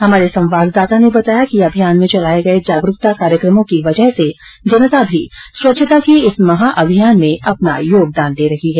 हमारे संवाददाता ने बताया कि अभियान में चलाए गए जागरूकता कार्यक्रमों की वजह से जनता भी स्वच्छता के इस महा अभियान में अपना योगदान दे रही है